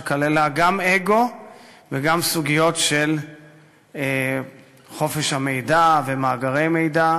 שכללה גם אגו וגם סוגיות של חופש המידע ומאגרי מידע